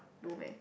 no meh